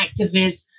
activists